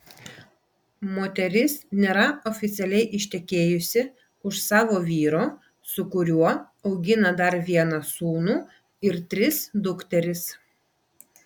moteris nėra oficialiai ištekėjusi už savo vyro su kuriuo augina dar vieną sūnų ir tris dukteris